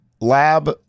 lab